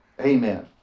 Amen